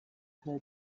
her